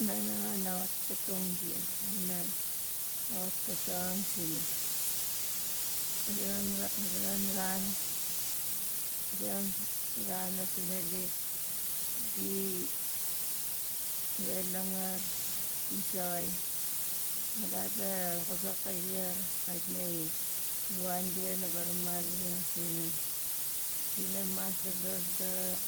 Nan nanga kana xatkatong dia wana a xatkatongang sina a zonon ra- a zonon ran- a zonon ra- ran amu funalik di we langar singsaxai ka gat a xazak kai ziar kait nai luan dia wana varamaluvang sina dina mas dodor do-